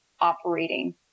operating